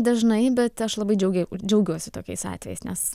dažnai bet aš labai džiaugiai džiaugiuosi tokiais atvejais nes